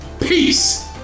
Peace